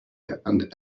and